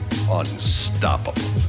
unstoppable